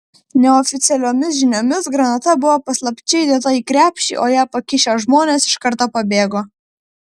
neoficialiomis žiniomis granata buvo paslapčia įdėta į krepšį o ją pakišę žmonės iš karto pabėgo